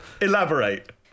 elaborate